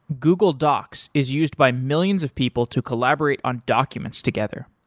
google docs is used by millions of people to collaborate on documents together.